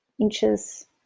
inches